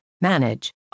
manage